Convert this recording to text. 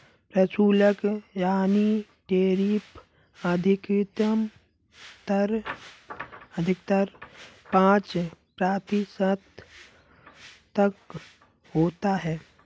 प्रशुल्क यानी टैरिफ अधिकतर पांच प्रतिशत तक होता है